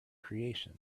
creation